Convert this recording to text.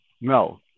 No